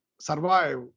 survive